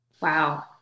Wow